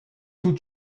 toute